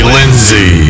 Lindsay